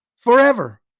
forever